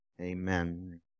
Amen